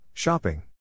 Shopping